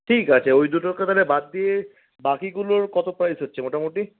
ঠিক আছে ওই দুটোকে তাহলে বাদ দিয়ে বাকিগুলোর কত প্রাইজ হচ্ছে মোটামুটি